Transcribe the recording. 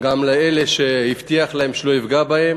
גם אלה שהוא הבטיח להם שלא ייפגע בהם,